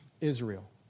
Israel